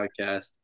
podcast